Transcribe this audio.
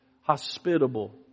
hospitable